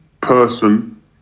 person